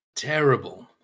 Terrible